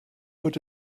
would